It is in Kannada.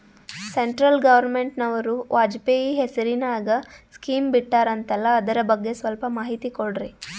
ಸೆಂಟ್ರಲ್ ಗವರ್ನಮೆಂಟನವರು ವಾಜಪೇಯಿ ಹೇಸಿರಿನಾಗ್ಯಾ ಸ್ಕಿಮ್ ಬಿಟ್ಟಾರಂತಲ್ಲ ಅದರ ಬಗ್ಗೆ ಸ್ವಲ್ಪ ಮಾಹಿತಿ ಕೊಡ್ರಿ?